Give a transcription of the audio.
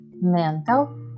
mental